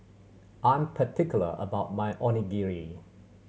I'm particular about my Onigiri